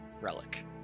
relic